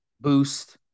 boost